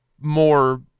more